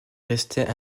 restaient